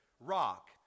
rock